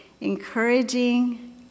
encouraging